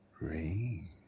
Rain